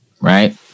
Right